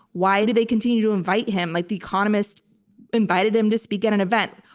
why do they continue to invite him? like the economist invited him to speak at an event.